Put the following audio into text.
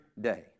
day